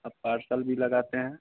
आप पार्सल भी लगाते हैं